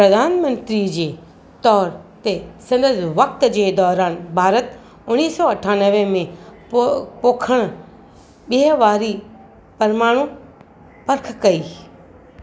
प्रधानमंत्री जे तौर ते संदसि वक़्त जे दौरानि भारत उणिवीह सौ अठानवे में पो पोखण ॿिए वारी परमाणू पर्ख कई